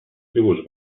tribus